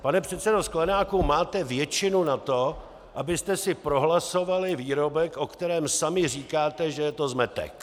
Pane předsedo Sklenáku, máte většinu na to, abyste si prohlasovali výrobek, o kterém sami říkáte, že je to zmetek.